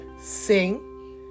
Sing